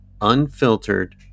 unfiltered